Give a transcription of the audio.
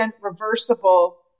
reversible